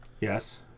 Yes